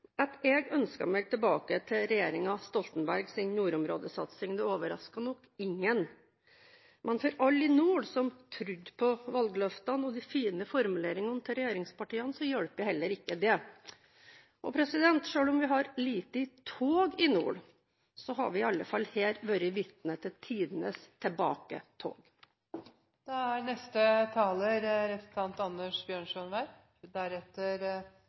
At jeg ønsker meg tilbake til regjeringen Stoltenbergs nordområdesatsing, overrasker nok ingen, men for alle i nord som trodde på valgløftene og de fine formuleringene til regjeringspartiene, hjelper heller ikke det. Selv om vi har lite tog i nord, har vi her i alle fall vært vitne til tidenes